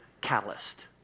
calloused